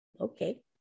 okay